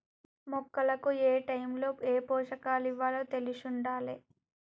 మొక్కలకు ఏటైముల ఏ పోషకాలివ్వాలో తెలిశుండాలే